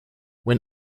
when